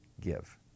give